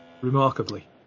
remarkably